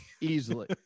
Easily